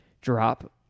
drop